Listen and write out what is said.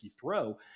throw